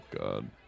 god